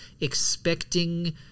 Expecting